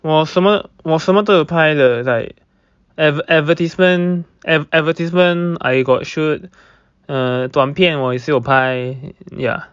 我什么我什么都有拍的 like adv~ adver~ advertisement ad~ advertisement I got shoot err 短片我也是有拍 ya